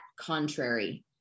contrary